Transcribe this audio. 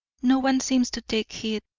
no one seems to take heed.